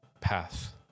path